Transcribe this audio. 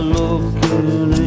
looking